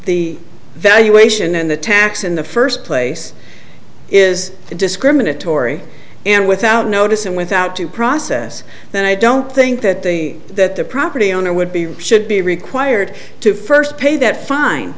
the valuation and the tax in the first place is discriminatory and without notice and without due process then i don't think that the that the property owner would be should be required to first pay that fine